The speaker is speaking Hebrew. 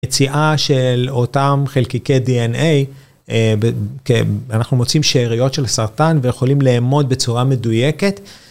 מציאה של אותם חלקיקי DNA, אנחנו מוצאים שאריות של סרטן ויכולים לאמוד בצורה מדויקת.